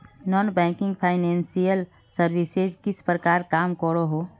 Non banking financial services किस प्रकार काम करोहो?